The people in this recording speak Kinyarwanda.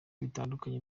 bitandukanye